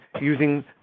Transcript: using